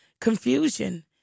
confusion